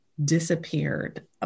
disappeared